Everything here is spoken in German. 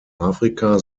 afrika